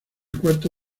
cuarto